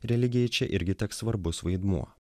religijai čia irgi teks svarbus vaidmuo